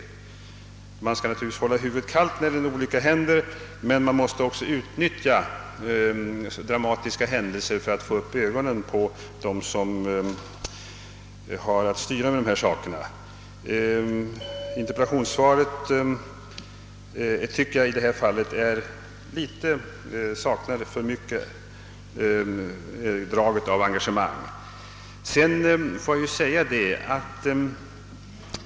Man skall enligt min mening naturligtvis hålla huvudet kallt när en olycka händer, men man måste också utnyttja dramatiska händelser för att få upp ögonen på dem som har att handlägga dessa saker. Interpellationssvaret tycks mig som jag redan framhållit i det fallet alltför mycket sakna drag av engagemang.